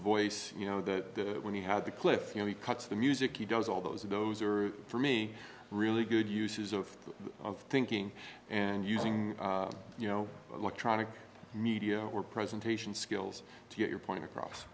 voice you know that when he had the cliff you know he cuts the music he does all those are those are for me really good uses of of thinking and using you know electronic media or presentation skills to get your point across